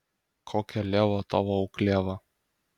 kokia lieva tavo auklieva